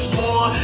more